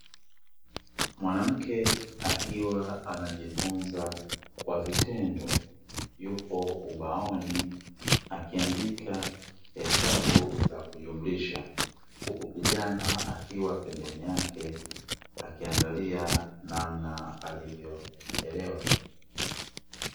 Mwanamke akiwa anajifunza kwa vitendo, Yuko ubaoni akiandika hesabu za kujumrisha huku kijana akiwa pembeni yake akiangalia namna alivyoelewa.